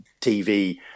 TV